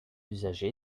usagers